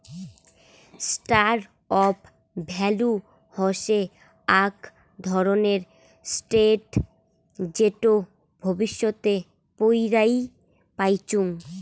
store of value হসে আক ধরণের এসেট যেটো ভবিষ্যতে পৌরাই পাইচুঙ